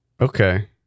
Okay